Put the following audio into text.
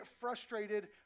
frustrated